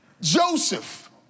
Joseph